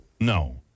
No